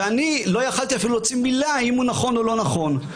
ואני לא יכולתי אפילו להוציא מילה האם הוא נכון או לא נכון,